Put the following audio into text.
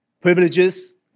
privileges